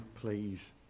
please